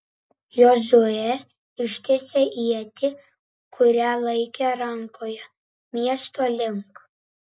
jozuė ištiesė ietį kurią laikė rankoje miesto link